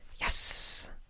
Yes